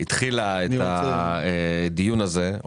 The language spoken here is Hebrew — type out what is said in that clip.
התחילה את הדיון הזה,